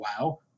wow